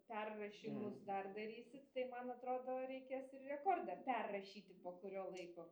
perrašymus dar darysit tai man atrodo reikės ir rekordą perrašyti po kurio laiko